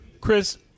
Chris